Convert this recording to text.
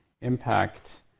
impact